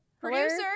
producer